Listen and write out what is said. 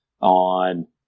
on